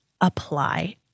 apply